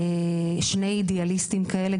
שני אידיאליסטים כאלה,